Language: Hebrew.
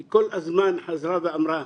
היא כל הזמן חזרה ואמרה: